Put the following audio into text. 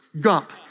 Gump